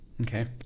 Okay